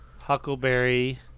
Huckleberry